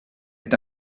est